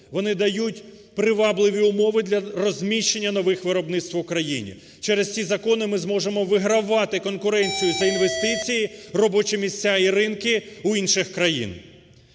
Вони дають привабливі умови для розміщення нових виробництв в Україні, через ці закони ми зможемо вигравати конкуренцію за інвестиції, робочі місця і ринки у інших країн.